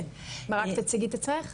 כן, רק תציגי את עצמך.